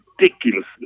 ridiculously